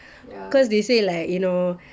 cause they say like you know